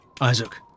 Isaac